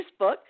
Facebook